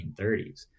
1930s